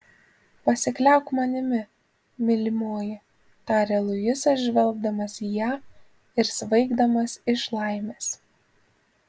pasikliauk manimi mylimoji tarė luisas žvelgdamas į ją ir svaigdamas iš laimės